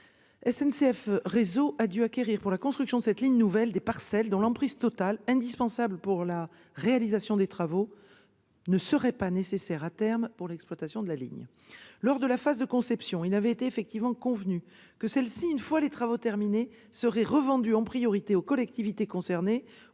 SNCF Réseau a dû acquérir pour la construction de cette ligne nouvelle des parcelles dont l'emprise totale, indispensable pour la réalisation des travaux, ne serait pas nécessaire à terme pour l'exploitation de la ligne. Lors de la phase de conception, il avait été effectivement convenu que celles-ci, une fois les travaux terminés, seraient revendues en priorité aux collectivités concernées